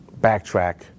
backtrack